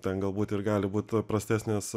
ten galbūt ir gali būt prastesnės